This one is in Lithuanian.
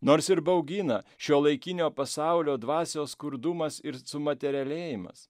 nors ir baugina šiuolaikinio pasaulio dvasios skurdumas ir sumaterialėjimas